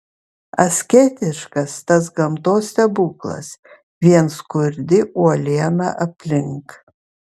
asketiškas tas gamtos stebuklas vien skurdi uoliena aplink